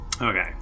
Okay